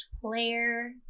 player